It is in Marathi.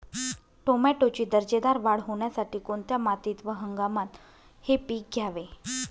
टोमॅटोची दर्जेदार वाढ होण्यासाठी कोणत्या मातीत व हंगामात हे पीक घ्यावे?